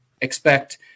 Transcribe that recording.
expect